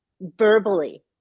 verbally